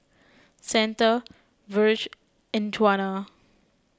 Santa Virge and Djuana